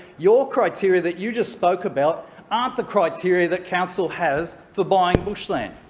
your criteria that you just spoke about aren't the criteria that council has for buying bushland.